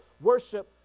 worship